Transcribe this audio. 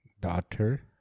Daughter